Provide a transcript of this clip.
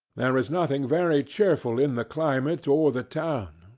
there was nothing very cheerful in the climate or the town,